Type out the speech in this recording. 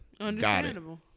Understandable